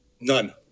None